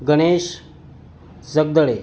Ganesh Jagdale